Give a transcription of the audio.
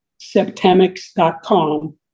septamics.com